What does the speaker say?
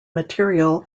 material